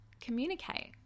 communicate